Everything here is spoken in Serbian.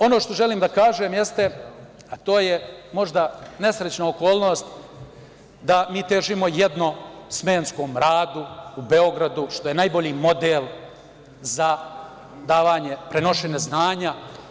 Ono što želim da kažem jeste, a to je možda, nesrećna okolnost da mi težimo jednosmenskom radu u Beogradu, što je najbolji model za prenošenje znanja.